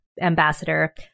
ambassador